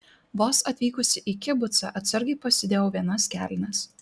vos atvykusi į kibucą atsargai pasidėjau vienas kelnes